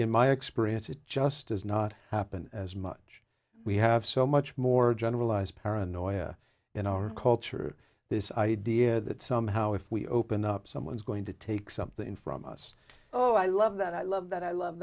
in my experience it just does not happen as much we have so much more generalized paranoia in our culture this idea that somehow if we open up someone's going to take something from us oh i love that i love that i love